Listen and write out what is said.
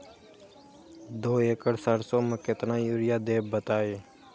दो एकड़ सरसो म केतना यूरिया देब बताई?